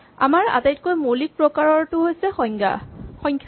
মানৰ আটাইতকৈ মৌলিক প্ৰকাৰটো হৈছে সংখ্যা